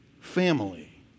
family